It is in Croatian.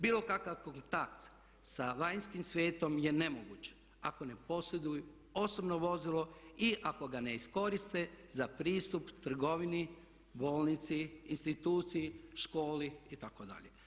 Bilo kakav kontakt sa vanjskim svijetom je nemoguć ako ne posjeduju osobno vozilo i ako ga ne iskoriste za pristup trgovini, bolnici, instituciji, školi itd.